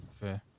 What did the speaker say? fair